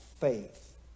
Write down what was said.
faith